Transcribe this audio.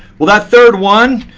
well, that third one,